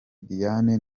diane